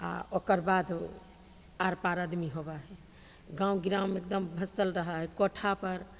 आओर ओकर बाद आरपार आदमी होबऽ हइ गाम गाम एकदम भसल रहै हइ कोठापर